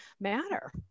matter